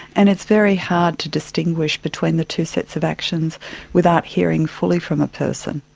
and it's very hard to distinguish between the two sets of actions without hearing fully from a person.